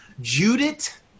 Judith